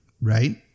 right